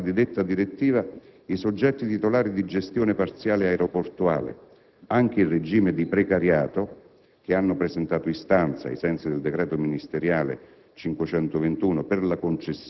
Sinteticamente, sulla base di detta direttiva i soggetti titolari di gestione parziale aeroportuale, anche in regime di precariato (che hanno presentato istanza, ai sensi del decreto ministeriale